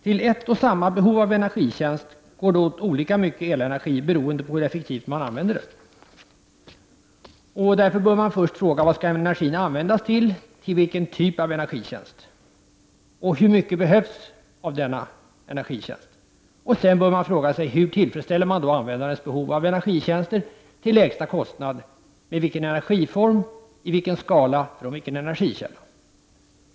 Till ett och samma behov av energitjänst går det åt olika mycket elenergi beroende på hur effektivt man använder den. Därför bör man först fråga: Vad skall energin användas till, till vilken typ av energitjänst? Hur mycket behövs av denna energitjänst? Sedan bör man fråga: Hur tillfredsställer man användarens behov av energitjänster till lägsta kostnad, med vilken energiform, i vilken skala och från vilken källa?